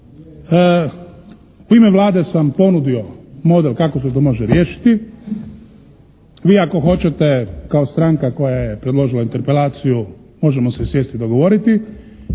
u ime Vlade sam ponudio model kako se to može riješiti. Vi ako hoćete kao stranka koja je predložila interpelaciju možemo se sjesti i dogovoriti.